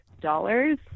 dollars